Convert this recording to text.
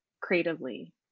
creatively